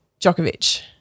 Djokovic